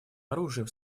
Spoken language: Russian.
оружием